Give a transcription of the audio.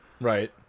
Right